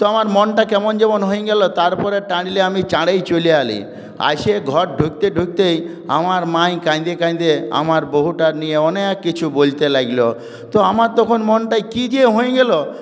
তো আমার মনটা কেমন যেমন হইয়ে গেলো তারপরে টাড়লে আমি টাড়েই আমি চলে আলি আইসে ঘর ঢুকতে ঢুকতেই আমার মাই কাইন্দে কাইন্দেই আমার বহুটা নিয়ে অনেক কিছু বোইলতে ল্যাগলো তো আমার তখন মনটায় কি যে হইয়ে গেলো